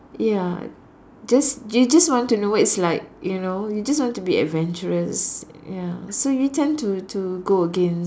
ya just you just want to know what it's like you know you just want to be adventurous ya so you tend to to go against